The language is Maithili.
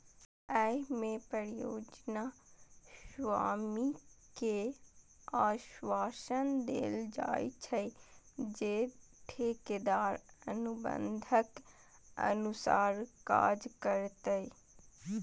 अय मे परियोजना स्वामी कें आश्वासन देल जाइ छै, जे ठेकेदार अनुबंधक अनुसार काज करतै